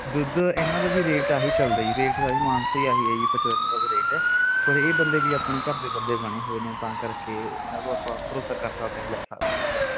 ਦੁੱਧ ਇਹਨਾਂ ਦਾ ਵੀ ਰੇਟ ਆਹ ਹੀ ਚੱਲਦਾ ਜੀ ਰੇਟ ਸਾਰੇ ਮਾਨਸੇ ਆਹ ਹੀ ਆ ਜੀ ਪਚਵੰਜਾ ਰੁਪਏ ਰੇਟ ਹੈ ਪਰ ਇਹ ਬੰਦੇ ਵੀ ਆਪਣੇ ਘਰ ਦੇ ਬੰਦੇ ਬਣੇ ਹੋਏ ਨੇ ਤਾਂ ਕਰਕੇ ਇਹਨਾਂ ਤੋਂ ਆਪਾਂ ਭਰੋਸਾ ਕਰ ਸਕਦੇ ਹਾਂ ਲੈ ਸਕਦੇ ਹਾਂ ਜੀ ਦੁੱਧ